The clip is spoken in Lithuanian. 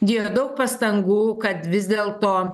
dėjo daug pastangų kad vis dėlto